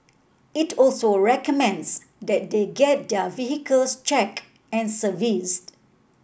it also recommends that they get their vehicles checked and serviced